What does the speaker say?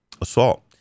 assault